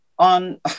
on